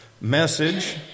message